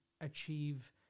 achieve